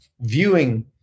viewing